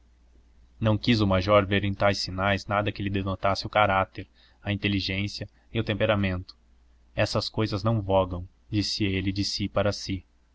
não quis o major ver em tais sinais nada que lhe denotasse o caráter a inteligência e o temperamento essas cousas não vogam disse ele de si para si